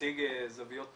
שמציג זוויות